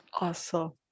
Awesome